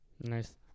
Nice